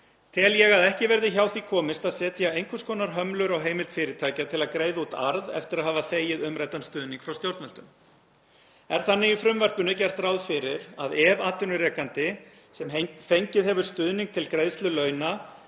tel ég að ekki verði hjá því komist að setja einhvers konar hömlur á heimild fyrirtækja til að greiða út arð eftir að hafa þegið umræddan stuðning frá stjórnvöldum. Er þannig í frumvarpinu gert ráð fyrir að ef atvinnurekandi sem fengið hefur stuðning til greiðslu launa